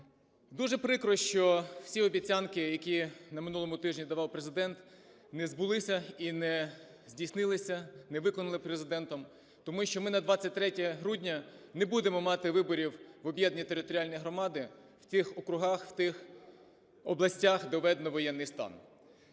Дуже прикро, що всі обіцянки, які на минулому тижні давав Президент, не збулися і не здійснилися, не виконані Президентом. Тому що на 23 грудня не будемо мати вибори в об'єднаних територіальних громадах в тих округах, в тих областях, де введено воєнний стан.